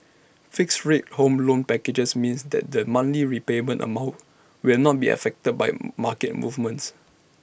fixed rate home loan packages means that the monthly repayment amount will not be affected by market movements